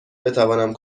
بتوانم